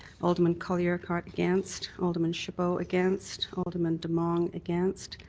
alderman colley-urquhart against, alderman chabot against, alderman demong against,